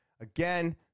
again